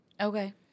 Okay